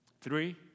Three